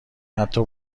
حتا